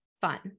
Fun